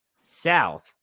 South